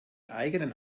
eigenen